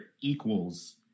equals